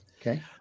Okay